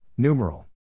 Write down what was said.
Numeral